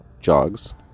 jogs